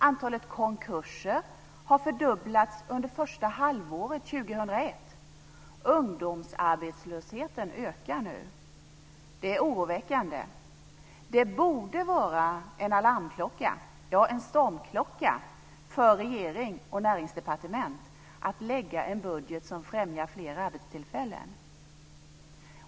Antalet konkurser har fördubblats under första halvåret 2001. Ungdomsarbetslösheten ökar nu. Det är oroväckande. Det borde vara en alarmklocka, ja, en stormklocka, för regering och näringsdepartement när det gäller att lägga fram en budget som främjar fler arbetstillfällen.